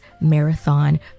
marathon